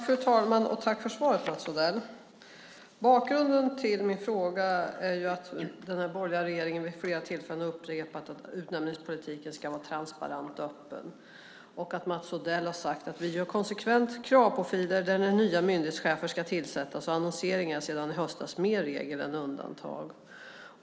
Fru talman! Tack för svaret, Mats Odell! Bakgrunden till min fråga är att den här borgerliga regeringen vid flera tillfällen har upprepat att utnämningspolitiken ska vara transparent och öppen och att Mats Odell har sagt: Vi gör konsekvent kravprofiler när nya myndighetschefer ska tillsättas, och annonsering är sedan i höstas mer regel än undantag.